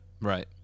Right